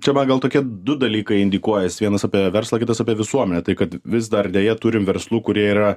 čia man gal tokie du dalykai indikuojas vienas apie verslą kitas apie visuomenę tai kad vis dar deja turim verslų kurie yra